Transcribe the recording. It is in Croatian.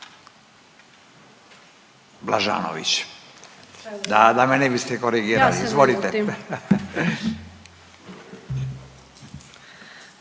Blažanović, da me ne biste korigirali, izvolite.